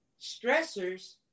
stressors